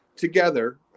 together